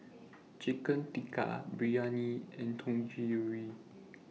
Chicken Tikka Biryani and Dangojiru